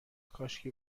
کاشکی